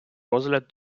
розгляд